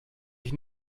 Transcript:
ich